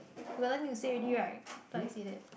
you got nothing to say already right thought I say that